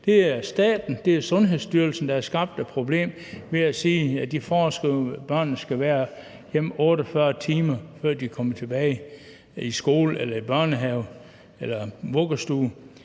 Det er staten, det er Sundhedsstyrelsen, der har skabt et problem ved at sige, at de foreskriver, at børnene skal være hjemme i 48 timer, før de kan komme tilbage i skole eller i børnehave eller i vuggestue.